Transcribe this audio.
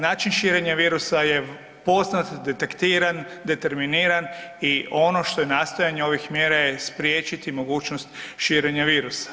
Način širenja virusa je posebno detektiran, determiniran i ono što je nastojanje ovih mjera je spriječiti mogućnost širenja virusa.